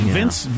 Vince